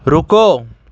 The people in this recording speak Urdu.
رکو